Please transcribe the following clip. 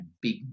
big